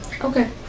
Okay